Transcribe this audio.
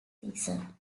season